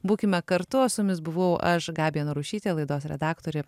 būkime kartu o su jumis buvau aš gabija narušytė laidos redaktorė